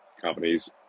companies